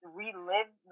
relive